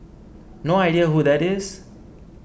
no idea who that is